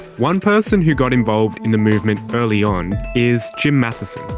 one person who got involved in the movement early on is jim matheson.